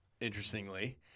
Interestingly